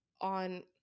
on